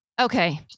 Okay